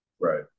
right